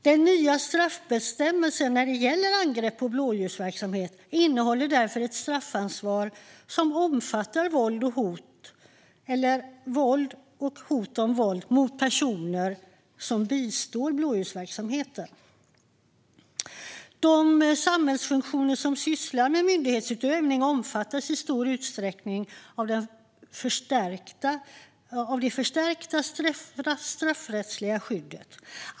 Den nya straffbestämmelsen när det gäller angrepp på blåljusverksamhet innehåller därför ett straffansvar som omfattar våld eller hot om våld mot personer som bistår blåljusverksamheten. De samhällsfunktioner som sysslar med myndighetsutövning omfattas i stor utsträckning av det förstärkta straffrättsliga skyddet.